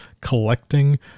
collecting